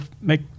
make